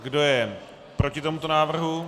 Kdo je proti tomuto návrhu?